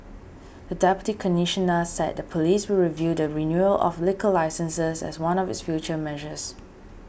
the Deputy Commissioner said the police will review the renewal of liquor licences as one of its future measures